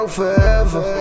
forever